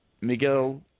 Miguel